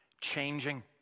changing